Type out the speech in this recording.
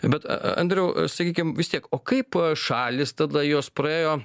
bet andriau sakykim vis tiek o kaip šalys tada jos praėjo